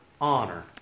honor